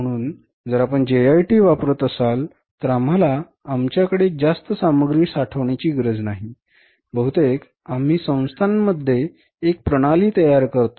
म्हणून जर आपण जेआयटी वापरत असाल तर आम्हाला आमच्याकडे जास्त सामग्री साठवण्याची गरज नाही बहुतेक आम्ही संस्था मध्ये एक प्रणाली तयार करतो